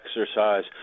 exercise